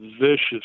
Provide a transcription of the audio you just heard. vicious